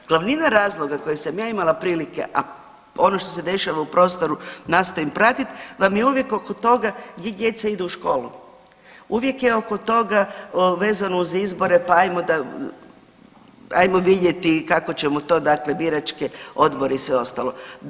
Glavnina razloga koje sam ja ima prilike, a ono što se dešava u prostoru nastojim pratit pa mi uvijek oko toga, gdje djeca idu u školu, uvijek je oko toga vezano uz izbore pa ajmo da, ajmo vidjeti kako ćemo to dakle biračke odbore i sve ostalo.